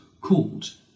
called